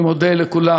אני מודה לכולם,